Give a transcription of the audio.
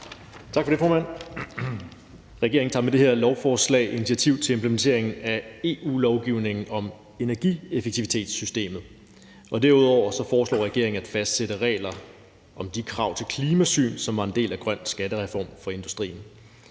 Tak for det, formand. Regeringen tager med det her lovforslag initiativ til implementeringen af EU-lovgivningen om energieffektivitetssystemet, og derudover foreslår regeringen at fastsætte regler om de krav til klimasyn, som var en del af en grøn skattereform for industrien.